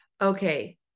Okay